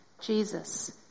Jesus